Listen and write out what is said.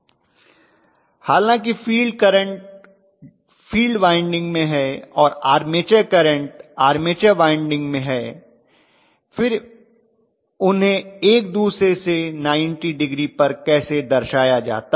छात्र हालांकि field current field winding में है और आर्मेचर करंट आर्मेचर वाइंडिंग में फिर उन्हें एक दूसरे से 90 डिग्री पर कैसे दर्शाया जाता है